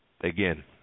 again